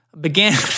Began